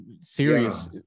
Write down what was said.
serious